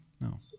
No